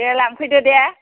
दे लांफैदो दे